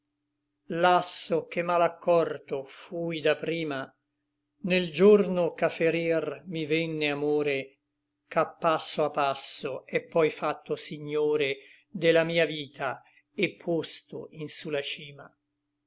lasso che mal accorto fui da prima nel giorno ch'a ferir mi venne amore ch'a passo a passo è poi fatto signore de la mia vita et posto in su la cima